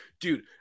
dude